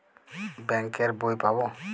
Bank এর বই পাবো?